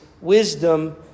wisdom